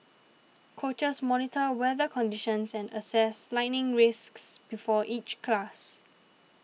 coaches monitor weather conditions and assess lightning risks before each class